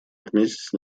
отметить